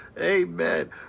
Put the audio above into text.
Amen